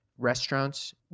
Restaurants